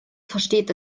versteht